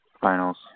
finals